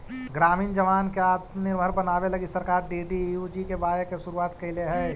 ग्रामीण जवान के आत्मनिर्भर बनावे लगी सरकार डी.डी.यू.जी.के.वाए के शुरुआत कैले हई